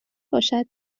باشد